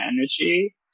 energy